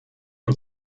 und